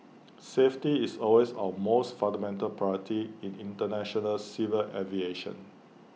safety is always our most fundamental priority in International civil aviation